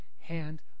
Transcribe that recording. hand